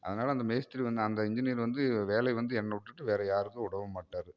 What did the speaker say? அதனால அந்த மேஸ்திரி வந்து அந்த இன்ஜினியர் வந்து வேலை வந்து என்னை விட்டுட்டு வேறு யாருக்கும் விடவும் மாட்டார்